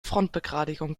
frontbegradigung